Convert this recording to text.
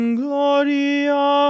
gloria